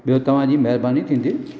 ॿियो तव्हां जी महिरबानी थींदी